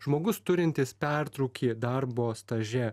žmogus turintis pertrūkį darbo staže